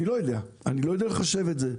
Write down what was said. אני לא יודע לחשב את זה.